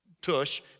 tush